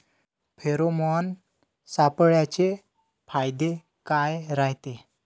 Pheromone सापळ्याचे फायदे काय रायते?